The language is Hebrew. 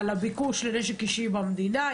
בביקוש לנשק אישי במדינה,